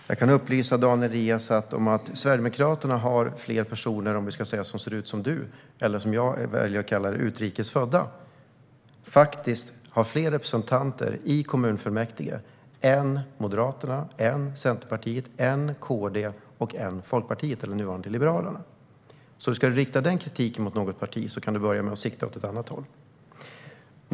Fru talman! Jag kan upplysa Daniel Riazat om att Sverigedemokraterna faktiskt har fler personer som ser ut som du - som jag väljer att kalla för utrikes födda - som representanter i kommunfullmäktige än Moderaterna, Centerpartiet, Kristdemokraterna och Liberalerna. Om du ska rikta denna kritik mot något parti kan du börja med att sikta åt något annat håll.